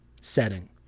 setting